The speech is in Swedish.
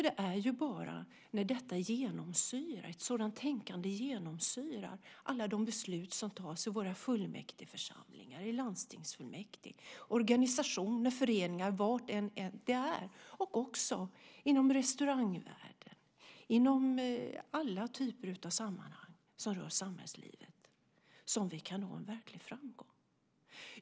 Det är ett sådant tänkande som ska genomsyra alla de beslut som fattas i våra fullmäktigeförsamlingar, i landstingsfullmäktige, i organisationer och föreningar och var det än är. Det gäller också inom restaurangvärlden och i alla typer av sammanhang som rör samhällslivet. Det är bara så vi kan nå en verklig framgång.